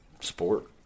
sport